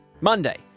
Monday